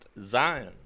Zion